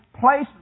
place